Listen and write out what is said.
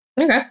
okay